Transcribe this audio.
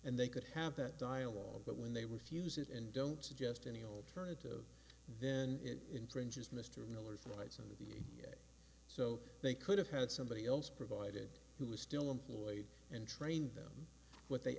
and they could have that dialogue but when they refuse it and don't suggest any alternative then it infringes mr miller's rights and the so they could have had somebody else provided who was still employed and trained them what they